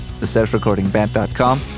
theselfrecordingband.com